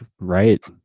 right